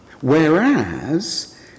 Whereas